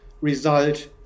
result